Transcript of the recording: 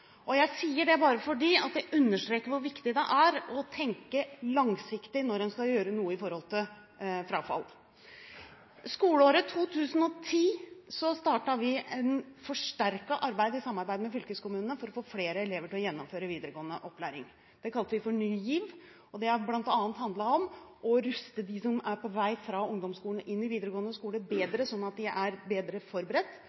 Og jeg sier det bare fordi det understreker hvor viktig det er å tenke langsiktig når en skal gjøre noe i forhold til frafall. I skoleåret 2010 startet vi et forsterket arbeid i samarbeid med fylkeskommunene for å få flere elever til å gjennomføre videregående opplæring. Det kalte vi Ny GIV, og det har bl.a. handlet om å ruste dem som er på vei fra ungdomsskolen og inn i videregående skole,